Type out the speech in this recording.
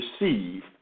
receive